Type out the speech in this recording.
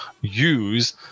use